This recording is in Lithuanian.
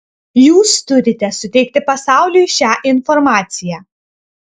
jūs turite suteikti pasauliui šią informaciją